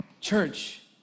Church